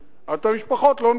את המשפחות לא נגרש.